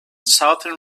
southern